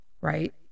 right